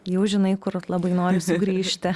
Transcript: jau žinai kur labai nori sugrįžti